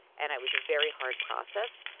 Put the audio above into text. and it was a very hard process.